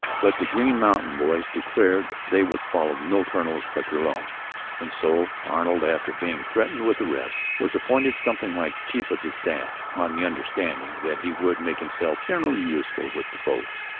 but the green mountain boys declared they would follow no colonels but their own and so arnold, after being threatened with arrest, was appointed something like chief of the staff, on the understanding that he would make himself generally useful with the boats.